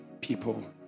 people